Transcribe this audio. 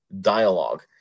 dialogue